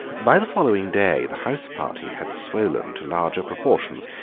by the following day the house-party had swollen to larger proportions,